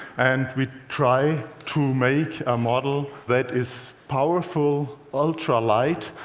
and we tried to make a model that is powerful, ultralight,